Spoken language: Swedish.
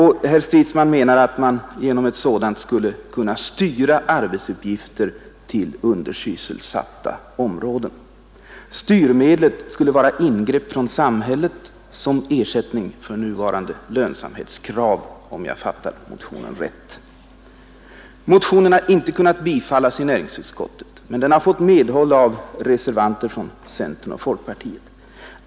Herr Stridsman menar att man genom ett sådant skulle kunna styra arbetsuppgifter till undersysselsatta områden. Styrmedlet skulle vara ingrepp från samhället som ersättning för nuvarande lönsamhetskrav, om jag fattat motionen rätt. Motionen har inte kunnat tillstyrkas av näringsutskottet, men den har fått medhåll av reservanter från centern och folkpartiet.